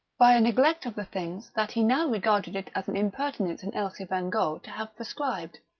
by a neglect of the things that he now regarded it as an impertinence in elsie bengough to have prescribed.